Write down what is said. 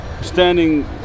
standing